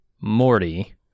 Morty